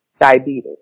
diabetes